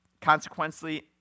Consequently